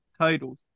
titles